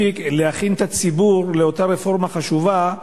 מספיק איך להכין את הציבור לאותה רפורמה חשובה.